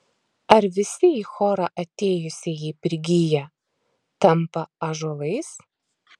ar visi į chorą atėjusieji prigyja tampa ąžuolais